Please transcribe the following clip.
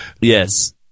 Yes